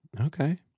Okay